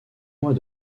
mois